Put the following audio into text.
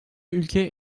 ülkeye